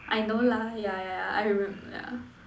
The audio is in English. I know lah ya ya ya I remember yeah